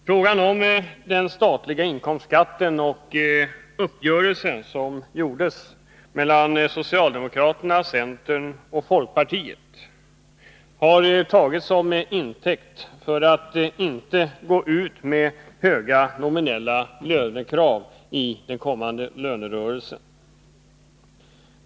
Frågan om den statliga inkomstskatten och den uppgörelse som träffades mellan socialdemokraterna, centern och folkpartiet har tagits såsom intäkt för att man inte skall gå ut med höga nominella lönekrav i den kommande lönerörelsen.